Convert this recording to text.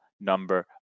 number